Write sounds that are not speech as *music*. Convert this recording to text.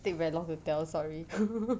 take very long to tell sorry *laughs*